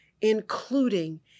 including